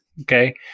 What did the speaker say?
okay